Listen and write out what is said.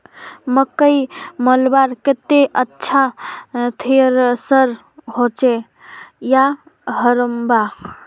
मकई मलवार केते अच्छा थरेसर होचे या हरम्बा?